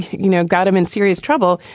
you know, got him in serious trouble,